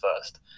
first